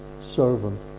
servant